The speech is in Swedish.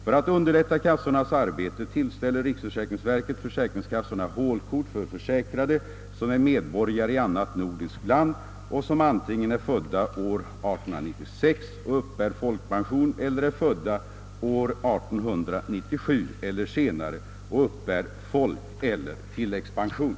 För att underlätta kassornas arbete tillställer riksförsäkringsverket försäkringskassorna hålkort för försäkrade, som är medborgare i annat nordiskt land och som antingen är födda år 1896 och uppbär folkpension eller är födda år 1897 eller senare och uppbär folkeller tilläggspension.